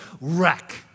wreck